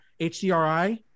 HDRI